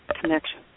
connection